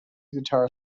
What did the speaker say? guitar